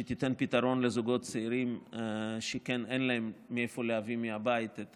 שתיתן פתרון לזוגות צעירים שאין להם מאיפה להביא מהבית את